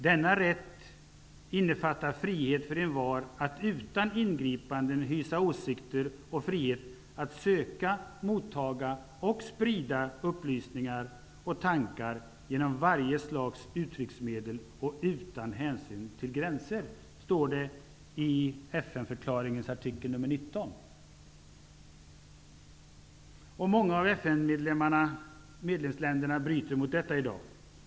Denna rätt innefattar frihet för envar att utan ingripanden hysa åsikter och frihet att söka, mottaga och sprida upplysningar och tankar genom varje slags uttrycksmedel och utan hänsyn till gränser'', står det i FN-förklaringens artikel nr 19. Många av FN:s medlemsländer bryter mot detta i dag.